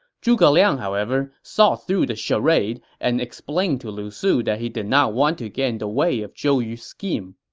zhuge liang, however, saw through the charade and explained to lu su that he did not want to get in the way of zhou yu's scheme.